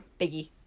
Biggie